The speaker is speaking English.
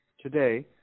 Today